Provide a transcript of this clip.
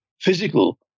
physical